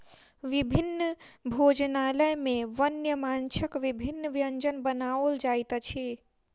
विभिन्न भोजनालय में वन्य माँछक विभिन्न व्यंजन बनाओल जाइत अछि